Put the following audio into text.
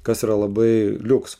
kas yra labai liuks